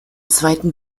zweiten